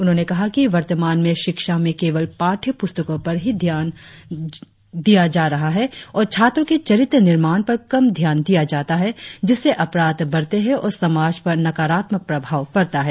उन्होंने कहा कि वर्तमान में शिक्षा में केवल पाठ्य पुस्तकों पर ही अधिक जोर दिया जा रहा है और छात्रों के चरित्र निर्माण पर कम ध्यान दिया जाता है जिससे अपराध बढ़ते है और समाज पर नकारात्मक प्रभाव पड़ता है